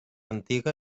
antiga